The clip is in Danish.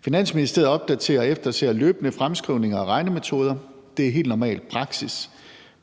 Finansministeriet opdaterer og efterser løbende fremskrivninger og regnemetoder. Det er helt normal praksis.